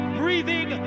breathing